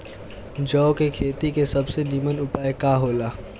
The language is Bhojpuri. जौ के खेती के सबसे नीमन उपाय का हो ला?